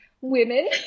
women